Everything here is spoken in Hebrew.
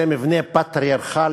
זה מבנה פטריארכלי,